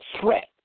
threat